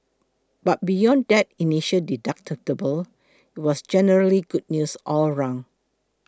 but beyond that initial deductible it was generally good news all round